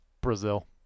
Brazil